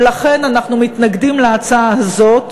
ולכן אנחנו מתנגדים להצעה הזאת.